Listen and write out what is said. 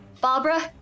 Barbara